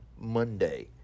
Monday